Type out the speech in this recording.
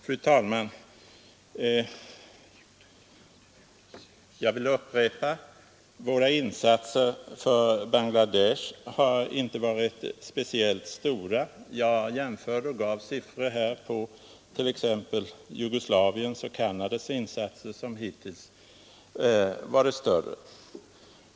Fru talman! Jag vill upprepa att våra insatser för Bangladesh inte har varit speciellt stora. Jag gjorde en jämförelse och angav jämförelsesiffror för t.ex. Jugoslaviens och Canadas insatser, som hittills varit större.